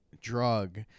drug